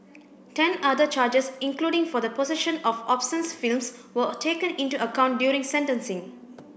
ten other charges including for the possession of obscene films were taken into account during sentencing